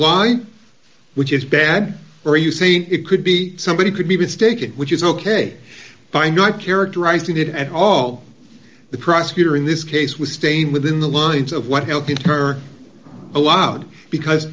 lie which is bad or are you saying it could be somebody could be mistaken which is ok by not characterizing it at all the prosecutor in this case was staying within the lines of what helping her allowed because